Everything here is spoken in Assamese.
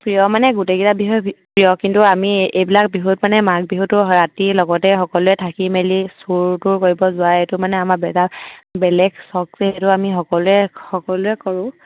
প্ৰিয় মানে গোটেইকেইটা বিহুৱেই প্ৰিয় কিন্তু আমি এইবিলাক বিহুত মানে মাঘ বিহুটো ৰাতিৰ লগতে সকলোৱে থাকি মেলি চুৰ তুৰ কৰিবলৈ যোৱা এইটো মানে আমাৰ এইটো আমি সকলোৱে সকলোৱে কৰোঁ